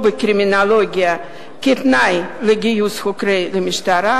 בקרימינולוגיה כתנאי לגיוס חוקרי משטרה,